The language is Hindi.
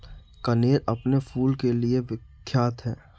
कनेर अपने फूल के लिए विख्यात है